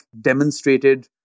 demonstrated